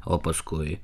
o paskui